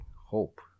hope